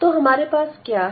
तो हमारे पास क्या है